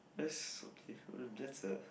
just okay uh that's a